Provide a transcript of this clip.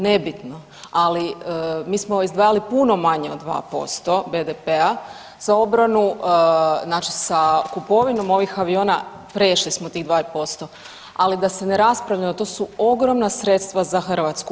Nebitno, ali mi smo izdvajali puno manje od 2% BDP-a za obranu, znači sa kupovinom ovih aviona prešli smo tih 2%, ali da se ne raspravljamo, to su ogromna sredstva za Hrvatsku.